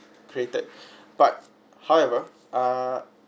created but however err